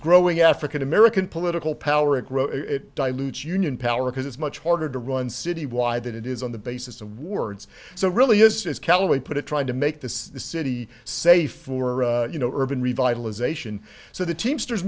growing african american political power grow it dilutes union power because it's much harder to run citywide that it is on the basis of words so really it's just calloway put it trying to make this city safe for you know urban revitalization so the teamsters